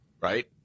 right